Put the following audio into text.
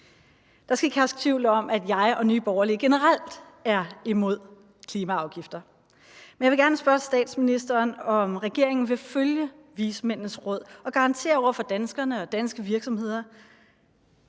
Der skal ikke herske tvivl om, at jeg og Nye Borgerlige generelt er imod klimaafgifter. Men jeg vil gerne spørge statsministeren, om regeringen vil følge vismændenes råd og garantere over for danskerne og danske virksomheder,